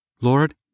Lord